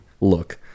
Look